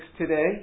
today